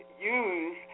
use